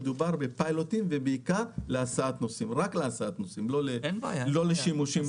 מדובר בפיילוטים שהם בעיקר להסעת נוסעים ולא לשימושים אחרים.